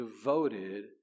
devoted